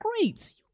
great